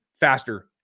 faster